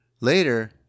Later